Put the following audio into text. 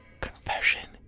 Confession